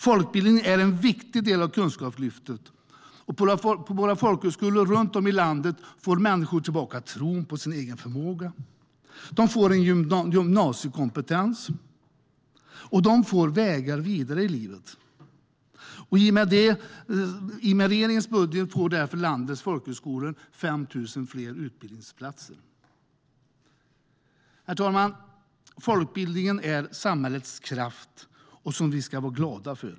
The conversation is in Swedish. Folkbildningen är en viktig del av Kunskapslyftet. På våra folkhögskolor runt om i landet får människor tillbaka tron på den egna förmågan. De får gymnasiekompetens, och de får vägar vidare i livet. I och med regeringens budget får landets folkhögskolor 5 000 fler utbildningsplatser. Herr talman! Folkbildningen är samhällets kraft, som vi ska vara glada för.